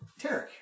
Tarek